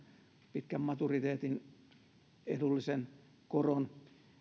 pitkän maturiteetin edullisen koron